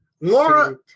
Laura